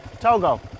Togo